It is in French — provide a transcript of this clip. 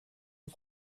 aux